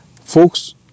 folks